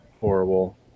horrible